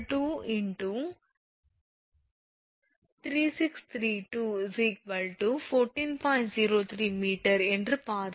03 m என்று பார்த்தோம்